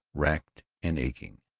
racked and aching.